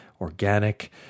organic